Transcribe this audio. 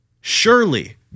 Surely